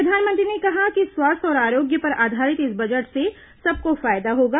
प्रधानमंत्री ने कहा कि स्वास्थ्य और आरोग्य पर आधारित इस बजट से सबको फायदा होगा